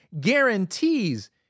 guarantees